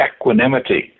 equanimity